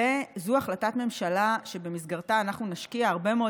זו החלטת ממשלה שבמסגרתה אנחנו נשקיע הרבה מאוד